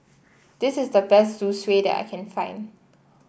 this is the best Zosui that I can find